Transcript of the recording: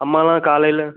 அம்மாலாம் காலையில்